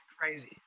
crazy